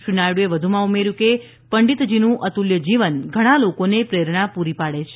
શ્રી નાયડુએ વધુમાં ઉમેર્યું કે પંડિતજીનું અતુલ્ય જીવન ઘણા લોકોને પ્રેરણા પૂરી પાડે છે